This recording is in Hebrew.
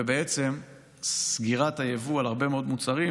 ובעצם סגירת היבוא על הרבה מאוד מוצרים